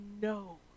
no